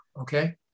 Okay